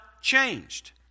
changed